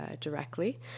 directly